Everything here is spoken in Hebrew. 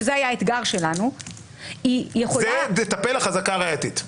שזה היה האתגר שלנו --- בזה תטפל החזקה הראייתית.